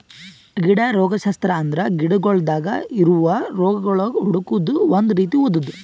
ಗಿಡ ರೋಗಶಾಸ್ತ್ರ ಅಂದುರ್ ಗಿಡಗೊಳ್ದಾಗ್ ಇರವು ರೋಗಗೊಳ್ ಹುಡುಕದ್ ಒಂದ್ ರೀತಿ ಓದದು